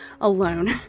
Alone